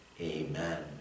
Amen